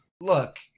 look